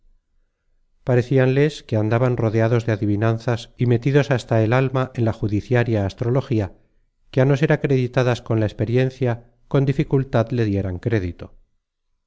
soldino parecíanles que andaban rodeados de adivinanzas y metidos hasta el alma en la judiciaria astrología que á no ser acreditada con la experiencia con dificultad le dieran crédito